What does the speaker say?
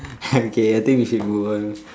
okay I think we should move on